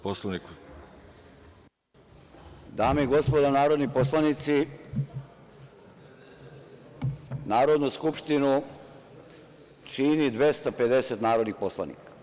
Dame i gospodo narodni poslanici, Narodnu skupštinu čini 250 narodnih poslanika.